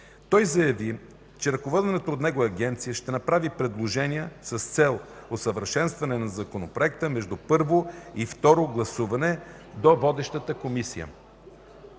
Той заяви, че ръководената от него Агенция ще направи предложения, с цел усъвършенстване на Законопроекта между първото и второто гласуване, до водещата комисия.